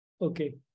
Okay